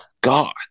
god